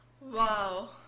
Wow